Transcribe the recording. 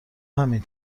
همین